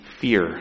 fear